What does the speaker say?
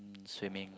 um swimming